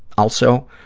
also,